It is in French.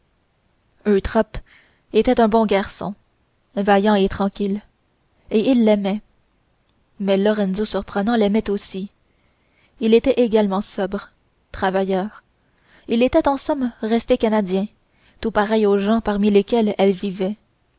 eutrope était un bon garçon vaillant et tranquille et il l'aimait mais lorenzo surprenant l'aimait aussi il était également sobre travailleur il était en somme resté canadien tout pareil aux gens parmi lesquels elle vivait